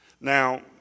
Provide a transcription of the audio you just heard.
Now